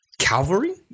Calvary